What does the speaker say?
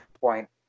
point